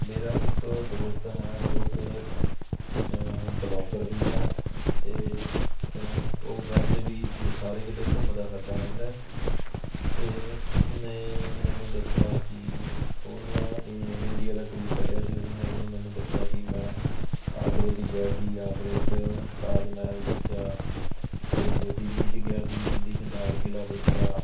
ਮੇਰਾ ਇੱਕ ਦੋਸਤ ਹੈ ਜੋ ਕਿ ਬਲੋਗਰ ਵੀ ਹੈ ਅਤੇ ਉਹ ਵੈਸੇ ਵੀ ਸਾਰੇ ਕਿਤੇ ਘੁੰਮਦਾ ਫਿਰਦਾ ਰਹਿੰਦਾ ਅਤੇ ਉਸਨੇ ਮੈਨੂੰ ਦੱਸਿਆ ਕਿ ਉਹ ਨਾ ਇੰਡੀਆ ਦਾ ਟੂਰ ਕੱਢਿਆ ਸੀ ਉਸਨੇ ਉਸਨੇ ਮੈਨੂੰ ਦੱਸਿਆ ਕਿ ਮੈਂ ਆਗਰੇ 'ਚ ਗਿਆ ਸੀ ਆਗਰੇ 'ਚ ਤਾਜ ਮਹਿਲ ਦੇਖਿਆ ਅਤੇ ਦਿੱਲੀ 'ਚ ਗਿਆ ਸੀ ਦਿੱਲੀ 'ਚ ਲਾਲ ਕਿਲ੍ਹਾ ਦੇਖਿਆ